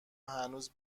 هنوز